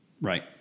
Right